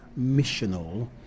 missional